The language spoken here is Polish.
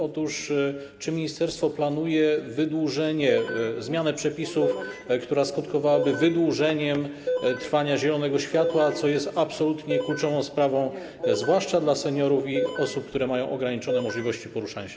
Otóż czy ministerstwo planuje zmianę przepisów, która skutkowałaby wydłużeniem świecenia się zielonego światła, co jest absolutnie kluczową sprawą, zwłaszcza dla seniorów i osób, które mają ograniczone możliwości poruszania się?